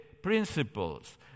principles